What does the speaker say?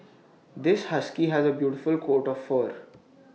this husky has A beautiful coat of fur